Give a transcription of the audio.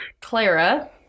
Clara